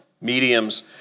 mediums